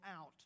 out